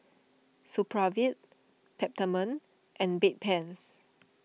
Supravit Peptamen and Bedpans